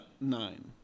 Nine